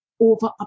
over